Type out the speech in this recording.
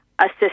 assist